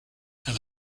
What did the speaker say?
and